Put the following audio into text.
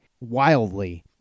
wildly